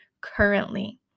currently